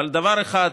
אבל דבר אחד,